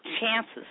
chances